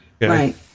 Right